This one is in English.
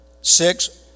six